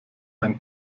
ein